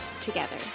together